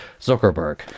Zuckerberg